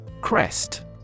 Crest